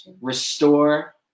restore